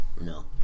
No